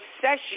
session